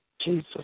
Jesus